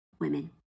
women